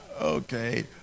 okay